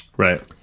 Right